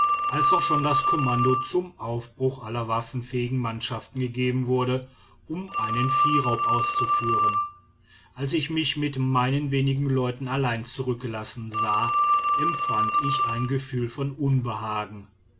als auch schon das kommando zum aufbruch aller waffenfähigen mannschaft gegeben wurde um einen viehraub auszuführen als ich mich mit meinen wenigen leuten allein zurückgelassen sah empfand ich ein gefühl von unbehagen